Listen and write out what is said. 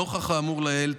נוכח האמור לעיל,